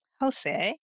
Jose